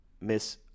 Miss